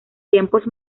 tiempos